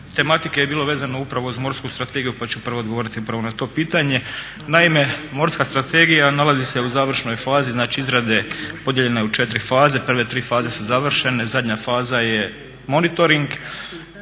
tematike je bilo vezano upravo uz Morsku strategiju pa ću prvo odgovoriti na to pitanje. Naime, Morska strategija nalazi se u završnoj fazi izrade, podijeljena je u 4 faze. Prve 3 faze su završene, zadnja faza je monitoring.